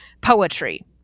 poetry